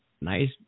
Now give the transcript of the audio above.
nice